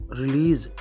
release